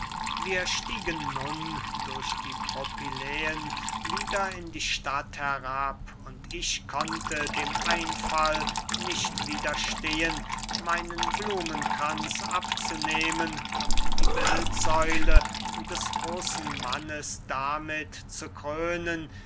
wir stiegen nun durch die propyläen wieder in die stadt herab und ich konnte dem einfall nicht widerstehen meinen blumenkranz abzunehmen und die bildsäule des großen mannes damit zu krönen